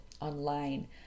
online